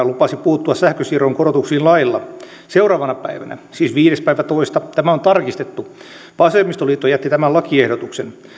lupasi puuttua sähkönsiirron korotuksiin lailla seuraavana päivänä siis viides toista tämä on tarkistettu vasemmistoliitto jätti tämän lakiehdotuksen